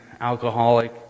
alcoholic